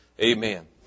amen